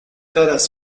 caras